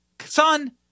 son